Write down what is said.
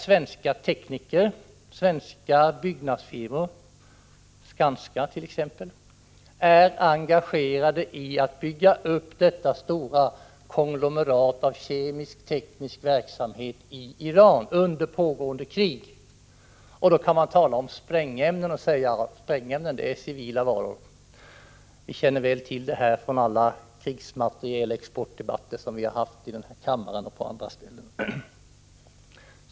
Svenska tekniker och svenska byggnadsfirmor —t.ex. Skanska — är där engagerade i att bygga upp detta stora konglomerat av kemisk-teknisk verksamhet i Iran under pågående krig. Då kan man säga att sprängämnen är civila varor. Vi känner väl till det här från alla debatter om krigsmaterielexport här i kammaren och på andra ställen.